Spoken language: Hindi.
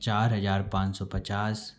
चार हजार पाँच सौ पचास